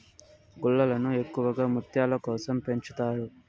గుల్లలను ఎక్కువగా ముత్యాల కోసం పెంచుతారు